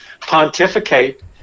pontificate